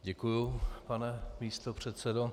Děkuji, pane místopředsedo.